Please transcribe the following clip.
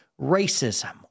racism